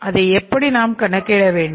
அதை எப்படி நாம் கணக்கிட வேண்டும்